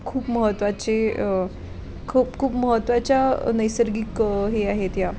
खूप महत्त्वाची खूप खूप महत्त्वाच्या नैसर्गिक हे आहेत या